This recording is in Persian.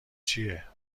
چیه